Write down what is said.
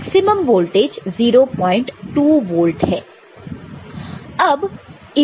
maximum voltage 02 volt है